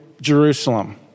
Jerusalem